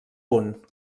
punt